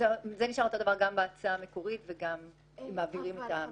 זה תופס מקרים קיצוניים חמורים שבהם אנחנו מבינים את הזעם.